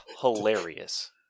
hilarious